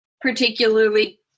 particularly